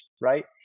right